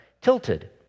tilted